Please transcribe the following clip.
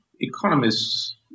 economists